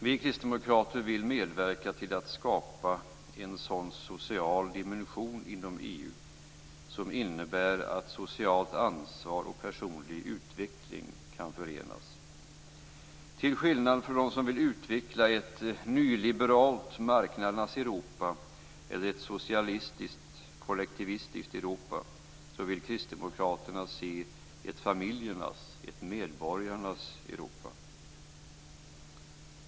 Vi kristdemokrater vill medverka till att skapa en sådan social dimension inom EU som innebär att socialt ansvar och personlig utveckling kan förenas. Till skillnad från dem som vill utveckla ett nyliberalt marknadernas Europa eller ett socialistiskt, kollektivistiskt Europa vill Kristdemokraterna se ett familjernas, ett medborgarnas Europa.